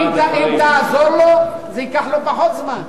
אם תעזור לו זה ייקח לו פחות זמן.